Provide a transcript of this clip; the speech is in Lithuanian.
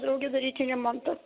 draugė daryti remontą